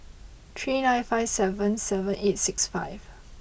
three nine five seven seven eight six five